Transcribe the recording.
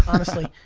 honestly.